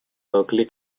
berkeley